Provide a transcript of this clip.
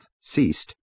ceased